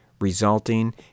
resulting